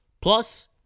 Plus